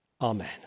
Amen